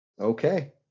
Okay